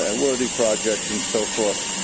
and worthy projects and so forth,